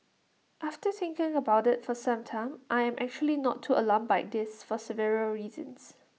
after thinking about IT for some time I am actually not too alarmed by this for several reasons